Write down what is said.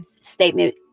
statement